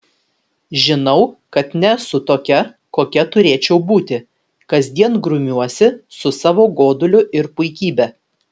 žinau kad nesu tokia kokia turėčiau būti kasdien grumiuosi su savo goduliu ir puikybe